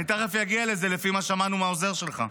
אני תכף אגיע לזה, לפי מה ששמענו מהעוזר שלך.